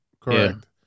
Correct